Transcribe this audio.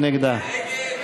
מי נגדה?